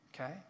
okay